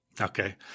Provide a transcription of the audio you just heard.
Okay